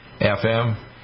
FM